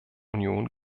union